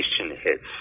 hits